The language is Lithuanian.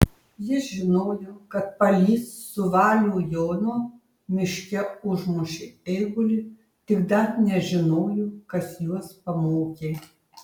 jis žinojo kad palys su valių jonu miške užmušė eigulį tik dar nežinojo kas juos pamokė